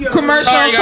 Commercial